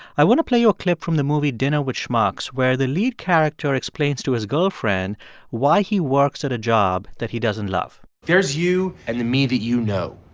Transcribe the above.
i want to play you a clip from the movie dinner with schmucks, where the lead character explains to his girlfriend why he works at a job that he doesn't love there's you and the me that you know.